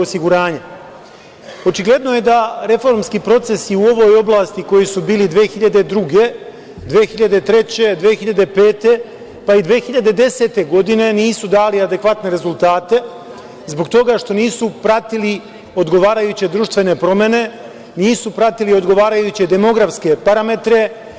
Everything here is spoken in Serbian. Očigledno je da reformski procesi u ovoj oblasti koji su bili 2002, 2003, 2005, pa i 2010. godine nisu dali adekvatne rezultate zbog toga što nisu pratili odgovarajuće društvene promene, nisu pratili odgovarajuće demografske parametre.